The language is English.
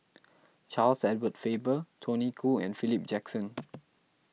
Charles Edward Faber Tony Khoo and Philip Jackson